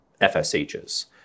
FSHs